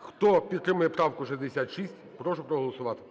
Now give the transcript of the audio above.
Хто підтримує правку 66, прошу проголосувати.